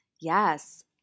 yes